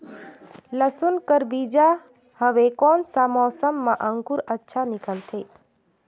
लसुन कर बीजा हवे कोन सा मौसम मां अंकुर अच्छा निकलथे?